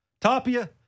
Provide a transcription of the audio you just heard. Tapia